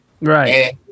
Right